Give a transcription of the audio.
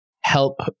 help